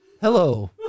hello